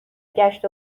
گشت